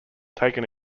taken